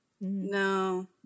No